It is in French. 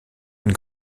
une